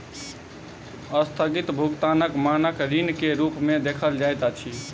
अस्थगित भुगतानक मानक ऋण के रूप में देखल जाइत अछि